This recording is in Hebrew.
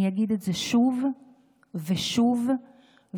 אני אגיד את זה שוב ושוב ושוב.